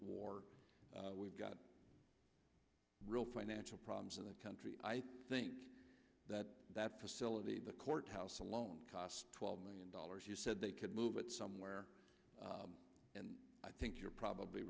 war we've got real financial problems in the country i think that that facility the courthouse alone cost twelve million dollars you said they could move it somewhere and i think you're probably